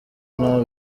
nta